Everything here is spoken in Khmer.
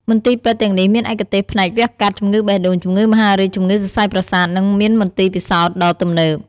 មន្ទីរពេទ្យទាំងនេះមានឯកទេសផ្នែកវះកាត់ ជំងឺបេះដូង ជំងឺមហារីក ជំងឺសរសៃប្រសាទ និងមានមន្ទីរពិសោធន៍ដ៏ទំនើប។